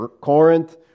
Corinth